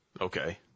Okay